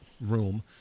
room